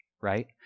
right